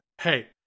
Hey